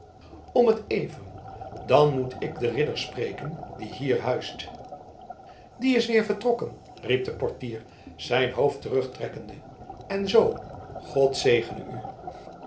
om t even dan moet ik den ridder spreken die hier huist die is weer vertrokken riep de portier zijn hoofd terugtrekkende en zoo god zegene u